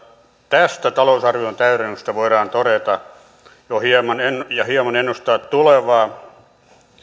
tästä talousarvion täydennyksestä voidaan todeta ja hieman ennustaa tulevaa